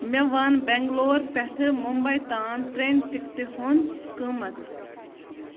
مےٚ وَن بنٛگلور پٮ۪ٹھٕ ممبئی تام ٹرٛینہِ ٹِکٹہِ ہُنٛد قۭمت